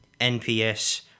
NPS